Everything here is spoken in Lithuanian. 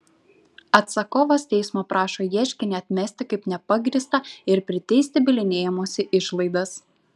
atsakovas teismo prašo ieškinį atmesti kaip nepagrįstą ir priteisti bylinėjimosi išlaidas